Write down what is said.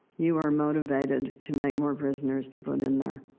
you are motivated to make more prisoners to put in there.